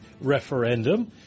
referendum